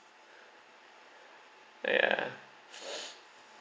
oh ya